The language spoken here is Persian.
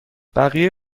بقیه